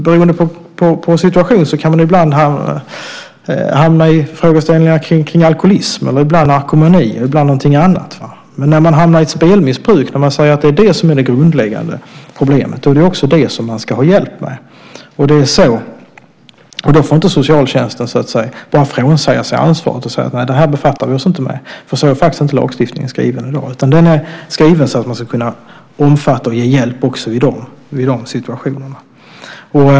Beroende på situationen kan man ibland hamna i frågeställningar rörande alkoholism, narkomani eller någonting annat. Men när man hamnar i ett spelmissbruk och säger att det är det grundläggande problemet är det också det som man ska ha hjälp med. Då får socialtjänsten inte bara frånsäga sig ansvaret och säga att den inte befattar sig med detta. Så är faktiskt inte lagstiftningen skriven, utan den är skriven så att människor ska kunna omfattas och få hjälp också i dessa situationer.